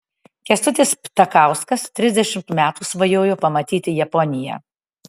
kęstutis ptakauskas trisdešimt metų svajojo pamatyti japoniją